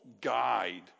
guide